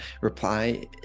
reply